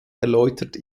erläutert